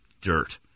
dirt